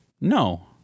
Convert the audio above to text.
No